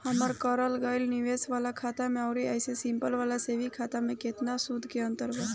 हमार करल गएल निवेश वाला खाता मे आउर ऐसे सिंपल वाला सेविंग खाता मे केतना सूद के अंतर बा?